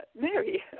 Mary